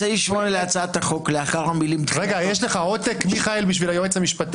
יש לך עותק בשביל היועץ המשפטי?